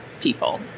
people